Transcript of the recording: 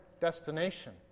destination